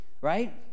Right